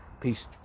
peace